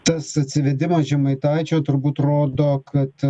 tas atsivedimas žemaitaičio turbūt rodo kad